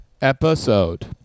Episode